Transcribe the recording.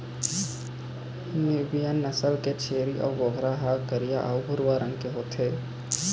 Nubian नसल के छेरी बोकरा ह करिया अउ भूरवा रंग के होथे